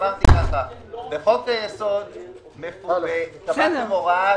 אמרתי בחוק היסוד קבעתם הוראה,